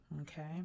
okay